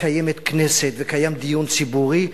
קיימת כנסת וקיים דיון ציבורי.